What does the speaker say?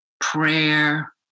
prayer